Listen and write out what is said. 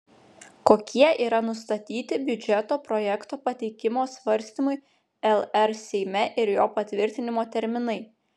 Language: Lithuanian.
kokie yra nustatyti biudžeto projekto pateikimo svarstymui lr seime ir jo patvirtinimo terminai